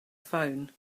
phone